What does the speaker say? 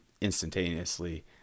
instantaneously